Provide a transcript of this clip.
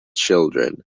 children